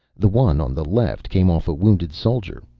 the one on the left came off a wounded soldier,